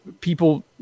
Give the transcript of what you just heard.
People